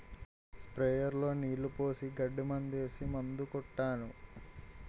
sprayer లో నీళ్లు పోసి గడ్డి మందేసి మందు కొట్టాను